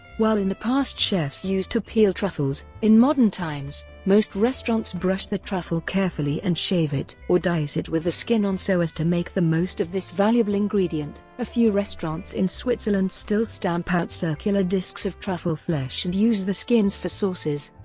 while in the past chefs used to peel truffles, in modern times, most restaurants brush the truffle carefully and shave it or dice it with the skin on so as to make the most of this valuable ingredient. a few restaurants in switzerland still stamp out circular discs of truffle flesh and use the skins for sauces.